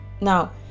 now